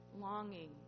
longing